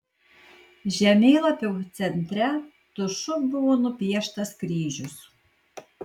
žemėlapio centre tušu buvo nupieštas kryžius